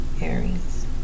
Aries